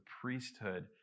priesthood